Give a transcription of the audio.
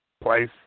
place